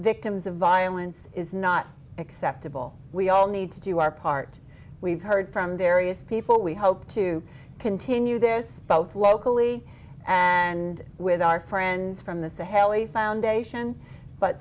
victims of violence is not acceptable we all need to do our part we've heard from their eous people we hope to continue this both locally and with our friends from the saheli foundation but